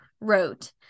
wrote